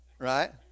Right